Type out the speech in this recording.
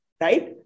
right